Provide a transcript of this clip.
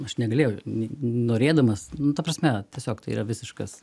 aš negalėjau ni norėdamas nu ta prasme tiesiog tai yra visiškas